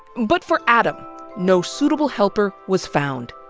but for adam no suitable helper was found.